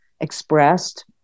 expressed